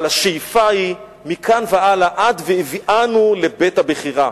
אבל השאיפה היא מכאן והלאה עד "והביאנו לבית הבחירה",